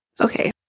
Okay